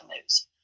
news